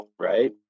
right